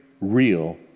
real